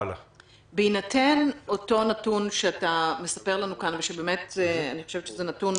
של --- בהינתן אותו נתון שאתה נותן לנו כאן ואני חושבת שזה נתון